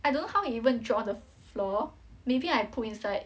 I don't know how it even drop on the floor maybe I put inside